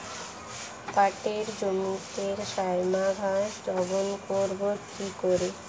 পাটের জমিতে শ্যামা ঘাস দমন করবো কি করে?